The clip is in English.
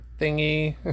thingy